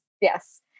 Yes